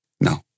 No